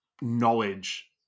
knowledge